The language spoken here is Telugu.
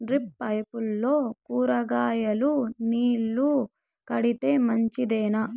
డ్రిప్ పైపుల్లో కూరగాయలు నీళ్లు కడితే మంచిదేనా?